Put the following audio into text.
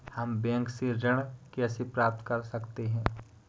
हम बैंक से ऋण कैसे प्राप्त कर सकते हैं?